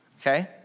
okay